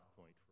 point